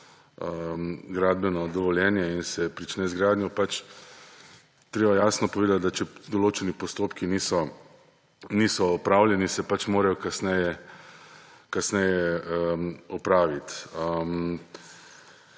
gradbeno dovoljenje in se prične z gradnjo. Je pač treba jasno povedati, da če določeni postopki niso opravljeni, se pač morajo kasneje opraviti.